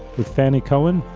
with fannie cohen,